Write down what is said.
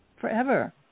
forever